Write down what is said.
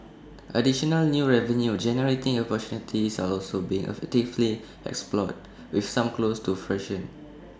additional new revenue generating opportunities are also being actively explored with some close to fruition